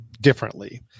differently